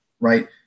right